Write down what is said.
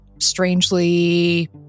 strangely